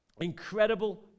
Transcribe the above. incredible